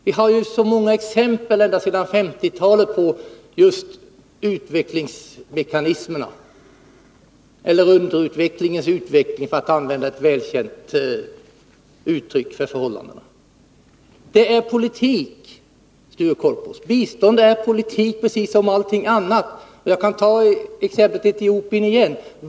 Vi har så många exempel, ända sedan 1950-talet, just när det gäller utvecklingsmekanismerna — eller underutvecklingens utveckling, för att använda ett välkänt uttryck för förhållandena. Bistånd är politik, Sture Korpås, precis som allt annat. Jag kan ta exemplet Etiopien igen.